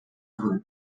egon